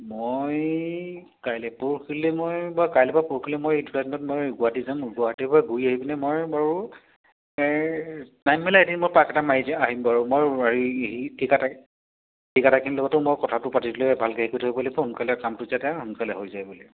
মই কাইলৈ পৰখিলৈ মই বা কাইলৈ বা পৰখিলৈ মই এই দুটা দিনত মই গুৱাহাটী যাম গুৱাহাটীৰপৰা ঘূৰি আহি পিনি মই বাৰু টাইম মিলাই এদিন মই পাক এটা মাৰি দি আহিম বাৰু মই হেৰি ঠিকাদাৰখিনিৰ লগতো মই কথাটো পাতি দৈ ভালকৈ কৰি থৈ আহিব পাৰিলে সোনকালে কামটো যাতে সোনকালে হৈ যায় বুলি